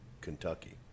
Kentucky